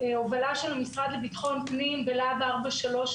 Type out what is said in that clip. בהובלה של המשרד לביטחון הפנים בלהב 433,